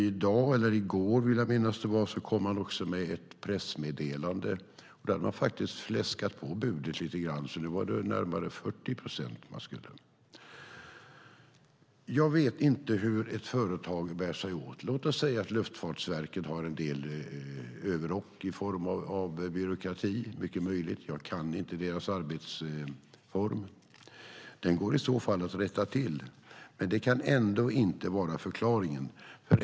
I går, vill jag minnas att det var, kom man också med ett pressmeddelande där man faktiskt fläskade på budet lite grann - nu var det närmare 40 procent. Jag vet inte hur ett företag bär sig åt. Låt oss säga att Luftfartsverket har en del överrock i form av byråkrati. Det är mycket möjligt; jag kan inte deras arbetsform. Den går i så fall att rätta till, men det kan ändå inte vara förklaringen.